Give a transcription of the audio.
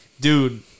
Dude